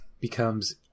becomes